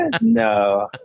No